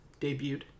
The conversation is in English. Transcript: debuted